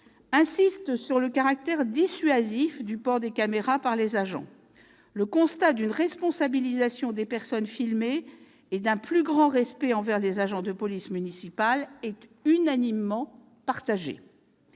insistent sur le caractère dissuasif du port des caméras par les agents. Le constat d'une responsabilisation des personnes filmées et d'un plus grand respect envers les agents de police municipale est unanimement partagé.